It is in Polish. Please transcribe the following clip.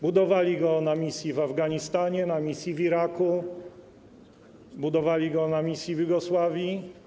Budowali go na misji w Afganistanie, na misji w Iraku, budowali go na misji w Jugosławii.